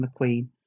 McQueen